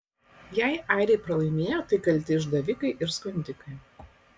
jei airiai pralaimėjo tai kalti išdavikai ir skundikai